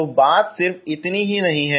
तो बात सिर्फ इतनी ही नहीं है